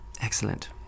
Excellent